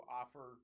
offer